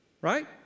Right